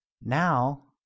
now